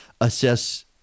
assess